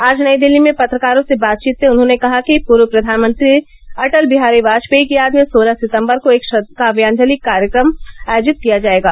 आज नई दिल्ली में पत्रकारों से बातचीत में उन्होंने कहा कि पूर्व प्रधानमंत्री अटल बिहारी वाजपेयी की याद में सोलह सितम्बर को एक काव्यांजलि कार्यक्रम आयोजित किया जायेगा